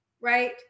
right